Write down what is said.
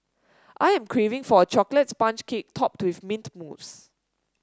I am craving for a chocolate sponge cake topped with mint mousse